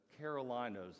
Carolinas